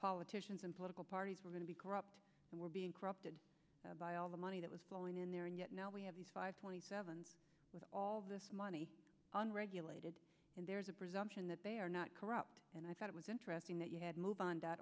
politicians and political parties were going to be corrupt and were being corrupted by all the money that was flowing in there and yet now we have five point seven with all the money unregulated and there is a presumption that they are not corrupt and i thought it was interesting that you had move on dot